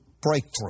breakthrough